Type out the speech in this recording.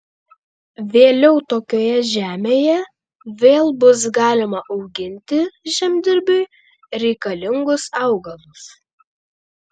vėliau tokioje žemėje vėl bus galima auginti žemdirbiui reikalingus augalus